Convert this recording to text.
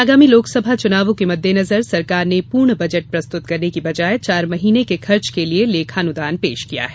आगामी लोकसभा चुनावों के मद्देनजर सरकार ने पूर्ण बजट प्रस्तुत करने की बजाए चार माह के खर्च के लिये लेखानुदान पेश किया है